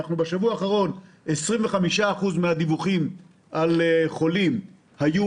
בשבוע האחרון 25% מהדיווחים על חולים היו